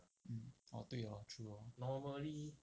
mm orh 对 hor true hor